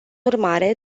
urmare